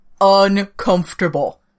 Uncomfortable